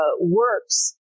works